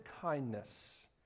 kindness